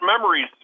memories